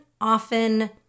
often